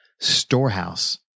storehouse